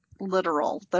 literal